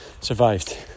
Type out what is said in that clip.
Survived